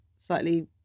slightly